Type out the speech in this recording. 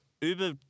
Uber